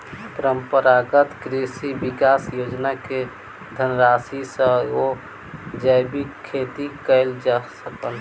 परंपरागत कृषि विकास योजना के धनराशि सॅ ओ जैविक खेती कय सकला